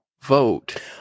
vote